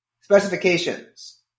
specifications